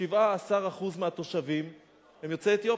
17% מהתושבים הם יוצאי אתיופיה.